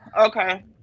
Okay